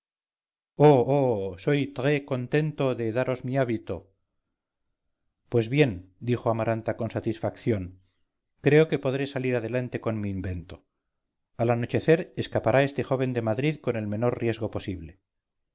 soy tres contento de daros mi hábito pues bien dijo amaranta con satisfacción creo que podré salir adelante con mi invento al anochecer escapará este joven de madrid con el menor riesgo posible